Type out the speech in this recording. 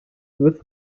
with